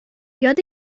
یاد